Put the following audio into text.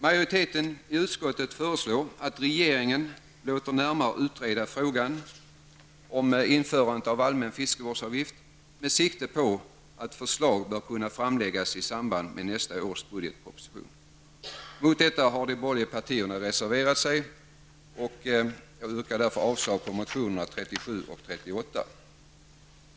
Majoriteten i utskottet föreslår att regeringen låter närmare utreda frågan om införande av allmän fiskevårdsavgift med sikte på att förslag bör kunna framläggas i samband med nästa års budgetproposition. Mot detta förslag har de borgerliga partierna reserverat sig. Jag yrkar därför avslag på reservationerna 37 och 38.